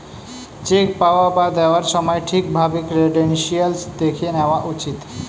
check পাওয়া বা দেওয়ার সময় ঠিক ভাবে ক্রেডেনশিয়াল্স দেখে নেওয়া উচিত